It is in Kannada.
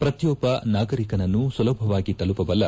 ಪ್ರತಿಯೊಬ್ಬ ನಾಗರಿಕನನ್ನು ಸುಲಭವಾಗಿ ತಲುಪಬಲ್ಲ